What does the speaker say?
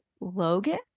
logan